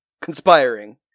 conspiring